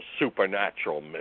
supernatural